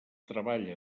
treballa